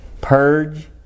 purge